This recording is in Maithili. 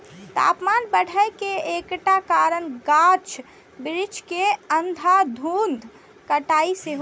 तापमान बढ़े के एकटा कारण गाछ बिरिछ के अंधाधुंध कटाइ सेहो छै